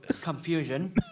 confusion